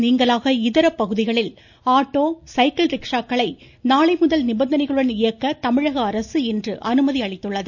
நீங்கலாக இதர பகுதிகளில் ஆட்டோ சைக்கிள் ரிக்ஷாக்களை நாளை முதல் நிபந்தனைகளுடன் இயக்க அரசு இன்று அனுமதி அளித்துள்ளது